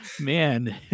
Man